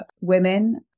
women